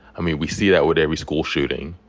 i mean, we see that with every school shooting.